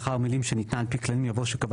לאחר המילים 'שניתנה על פי כללים' יבוא 'שקבע